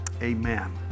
Amen